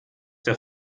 der